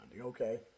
Okay